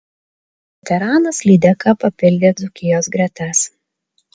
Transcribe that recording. veteranas lydeka papildė dzūkijos gretas